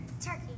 Turkey